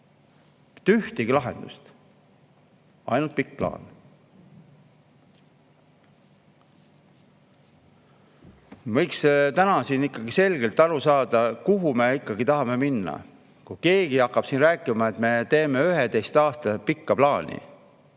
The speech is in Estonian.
ühtegi lahendust! Ainult pikk plaan. Võiks täna siin ikkagi selgelt aru saada, kuhu me tahame minna. Kui keegi hakkab siin rääkima, et me teeme 11 aastaks pikka plaani,